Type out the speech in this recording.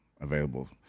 available